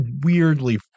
weirdly